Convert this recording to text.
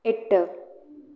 എട്ട്